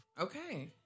Okay